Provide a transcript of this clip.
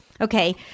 Okay